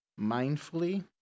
mindfully